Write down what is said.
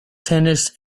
tennis